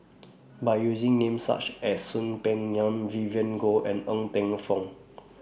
By using Names such as Soon Peng Yam Vivien Goh and Ng Teng Fong